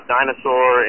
Dinosaur